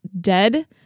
dead